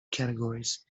categories